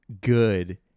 good